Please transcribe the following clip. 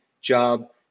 job